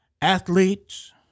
athletes